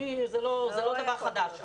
זה לא דבר חדש.